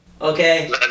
Okay